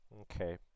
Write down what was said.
Okay